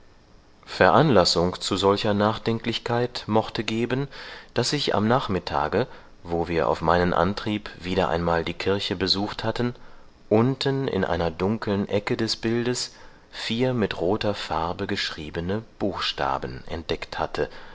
veranlassung zu solcher nachdenklichkeit mochte geben daß ich am nachmittage wo wir auf meinen antrieb wieder einmal die kirche besucht hatten unten in einer dunkeln ecke des bildes vier mit roter farbe geschriebene buchstaben entdeckt hatte